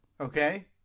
Okay